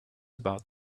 about